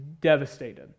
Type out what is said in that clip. devastated